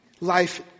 life